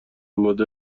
مدل